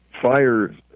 fire